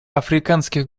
африканских